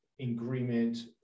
agreement